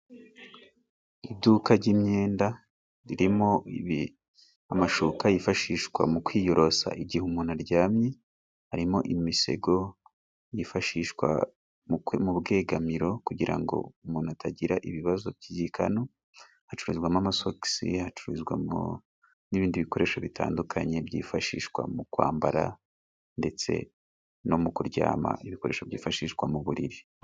Iduka jy'imyenda ririmo amashuka yifashishwa mu kwiyorosa igihe umuntu aryamye, harimo imisego yifashishwa mu bwegamiro kugira ngo umuntu atagira ibibazo by'igikanu, hacururizwamo amasogi, hacururizwamo n'ibindi bikoresho bitandukanye byifashishwa mu kwambara ndetse no mu kuryama, ibikoresho byifashishwa mu buriri.